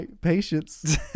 patience